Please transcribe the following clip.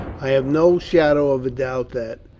i have no shadow of a doubt that,